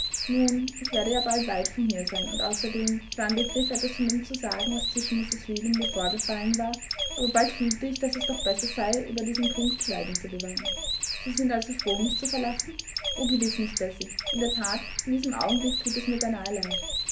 nun ich werde ja bald weit von hier sein und außerdem ich war im begriff etwas von dem zu sagen was zwischen mrs reed und mir vorgefallen war aber bald fühlte ich daß es doch besser sei über diesen punkt schweigen zu bewahren sie sind also froh mich zu verlassen o gewiß nicht bessie in der that in diesem augenblick thut es mir beinahe leid